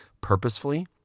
purposefully